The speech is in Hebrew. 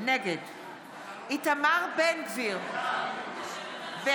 נגד איתמר בן גביר, בעד